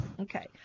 Okay